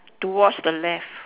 towards the left